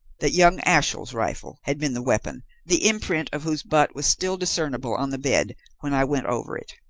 that young ashiel's rifle had been the weapon the imprint of whose butt was still discernible on the bed when i went over it.